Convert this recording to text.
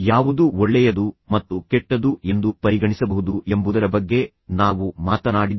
ಯಾವುದು ಒಳ್ಳೆಯದು ಮತ್ತು ಕೆಟ್ಟದು ಎಂದು ಪರಿಗಣಿಸಬಹುದು ಎಂಬುದರ ಬಗ್ಗೆ ನಾವು ಮಾತನಾಡಿದ್ದೇವೆ